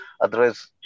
Otherwise